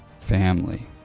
family